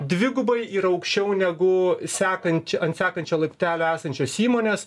dvigubai yra aukščiau negu sekančia ant sekančio laiptelio esančios įmonės